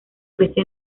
crece